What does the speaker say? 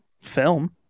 film